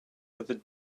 but